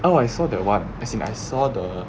oh I saw that one as in I saw the